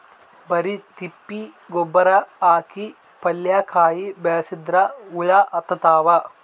ಬರಿ ತಿಪ್ಪಿ ಗೊಬ್ಬರ ಹಾಕಿ ಪಲ್ಯಾಕಾಯಿ ಬೆಳಸಿದ್ರ ಹುಳ ಹತ್ತತಾವ?